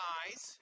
eyes